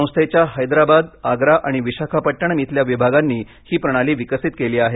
संस्थेच्या हैदराबाद आग्रा आणि विशाखापट्टणम इथल्या विभागांनी ही प्रणाली विकसित केली आहे